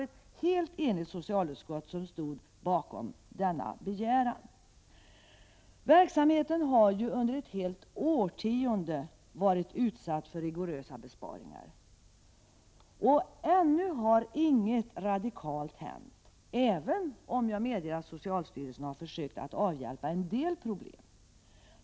Ett enigt socialutskott stod bakom denna begäran. Verksamheten har ju under ett helt årtionde varit utsatt för rigorösa besparingar och ännu har ingenting radikalt hänt — även om jag medger att socialstyrelsen har försökt att avhjälpa en del problem.